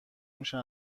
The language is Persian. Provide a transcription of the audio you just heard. میشن